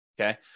okay